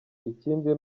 ikindi